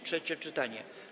Trzecie czytanie.